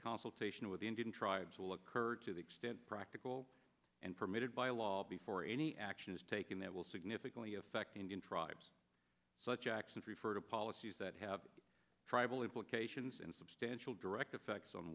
consultation with the indian tribes will occur to the extent practical and permitted by law before any action is taken that will significantly affect indian tribes such acts which refer to policies that have tribal implications and substantial direct effects on